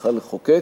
צריכה לחוקק